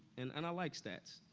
and and i like stats.